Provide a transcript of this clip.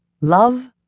love